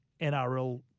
NRL